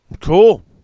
Cool